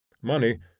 money,